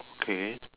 okay